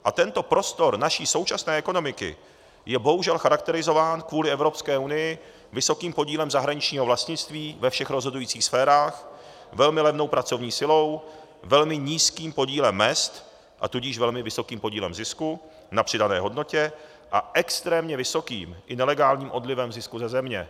A tento prostor naší současné ekonomiky je bohužel charakterizován kvůli Evropské unii vysokým podílem zahraničního vlastnictví ve všech rozhodujících sférách, velmi levnou pracovní silou, velmi nízkým podílem mezd, a tudíž velmi vysokým podílem zisku na přidané hodnotě a extrémně vysokým i nelegálním odlivem zisku ze země.